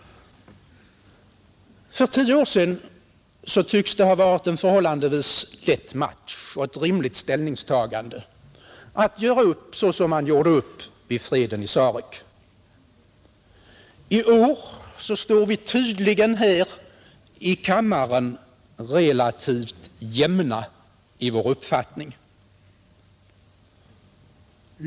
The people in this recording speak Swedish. För tio år sedan tycks det ha varit en förhållandevis lätt match och ett rimligt ställningstagande att göra upp såsom man gjorde vid freden i Sarek. I år står vi tydligen här i kammaren relativt jämna i våra uppfattningar.